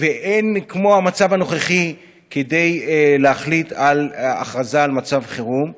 ואין כמו המצב הנוכחי כדי להחליט על הכרזה על מצב חירום,